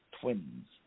Twins